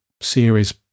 series